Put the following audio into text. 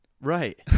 right